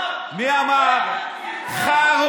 מי אמר חארות?